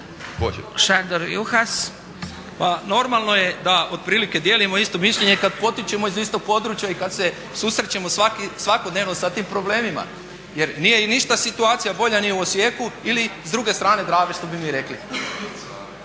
Pa normalno je da otprilike dijelimo isto mišljenje kada potičemo iz istog područja i kada se susrećemo svakodnevno sa tim problemima. Jer nije i ništa situacija bolja ni u Osijeku ili s druge strane Drave što bi mi rekli.